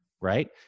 right